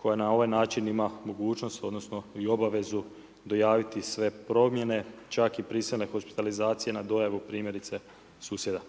koja na ovaj način ima mogućnost odnosno i obavezu dojaviti sve promjene čak i prisilne hospitalizacije na dojavu primjerice susjeda.